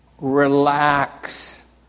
relax